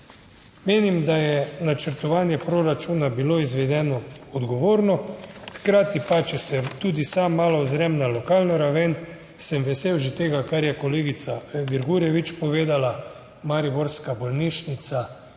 Menim, da je načrtovanje proračuna bilo izvedeno odgovorno. Hkrati pa, če se tudi sam malo ozrem na lokalno raven, sem vesel že tega, kar je kolegica Grgurevič povedala, mariborska bolnišnica,